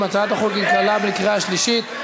הצעת החוק נתקבלה בקריאה שלישית,